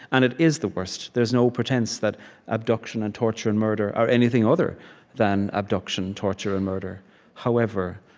and it is the worst there's no pretense that abduction and torture and murder are anything other than abduction, torture, and murder however,